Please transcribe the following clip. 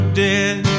dead